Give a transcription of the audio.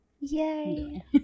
Yay